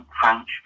French